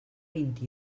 vint